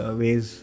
ways